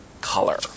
color